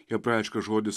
hebrajiškas žodis